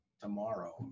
tomorrow